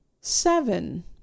seven